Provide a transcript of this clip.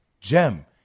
Gem